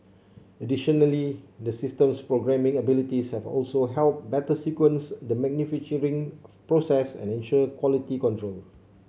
additionally the system's programming abilities have also helped better sequence the manufacturing process and ensure quality control